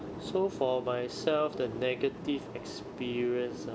so for myself the negative experience ah